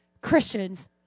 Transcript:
Christian's